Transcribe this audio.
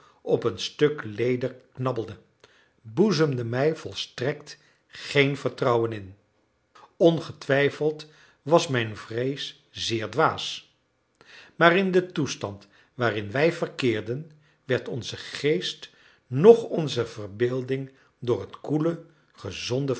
op een stuk leder knabbelde boezemden mij volstrekt geen vertrouwen in ongetwijfeld was mijn vrees zeer dwaas maar in den toestand waarin wij verkeerden werd onze geest noch onze verbeelding door het koele gezonde